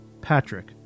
Patrick